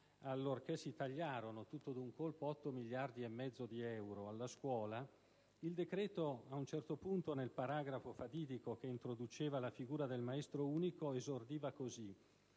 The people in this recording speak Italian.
allorché si tagliarono, tutti d'un colpo, 8 miliardi e mezzo di euro alla scuola. Il decreto, nel paragrafo fatidico che introduceva la figura del maestro unico, esordiva così: